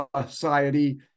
Society